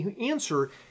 answer